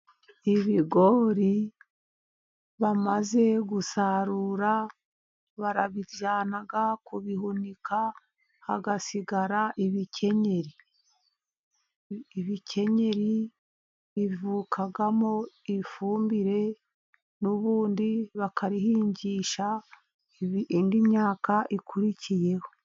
Ibigori bamaze gusarura, barabijyana kubihunika, hagasigara ibikenyeri. Ibikenyeri bivukamo ifumbire, n'ubundi bakarihingisha indi myaka ikurikiyeho.